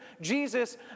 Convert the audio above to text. Jesus